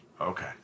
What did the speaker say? Okay